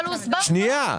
אבל הוסבר פה --- שנייה.